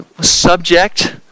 subject